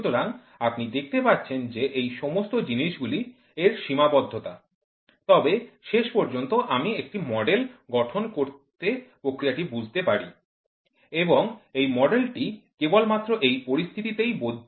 সুতরাং আপনি দেখতে পাচ্ছেন যে এই সমস্ত জিনিসগুলি এর সীমাবদ্ধতা তবে শেষ পর্যন্ত আমি একটি মডেল গঠন করে প্রক্রিয়াটি বুঝতে পারি এবং এই মডেল টি কেবলমাত্র এই পরিস্থিতিতেই বৈধ